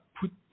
put